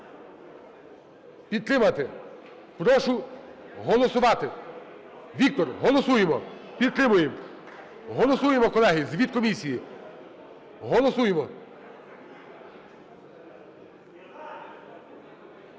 підтримати. Прошу голосувати. Вікторе, голосуємо, підтримуємо. Голосуємо, колеги, звіт комісії. Голосуємо.